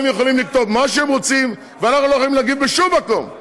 הם יכולים לכתוב מה שהם רוצים ואנחנו לא יכולים להגיב בשום מקום.